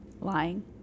lying